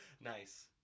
nice